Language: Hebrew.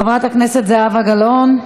חברת הכנסת זהבה גלאון,